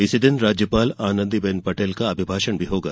इसी दिन राज्यपाल आनंदीबेन पटेल का अभिभाषण भी होगा